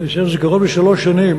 אני משער, זה קרוב לשלוש שנים